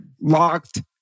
locked